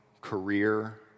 career